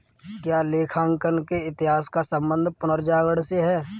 क्या लेखांकन के इतिहास का संबंध पुनर्जागरण से है?